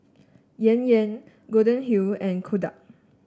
Yan Yan Golden Wheel and Kodak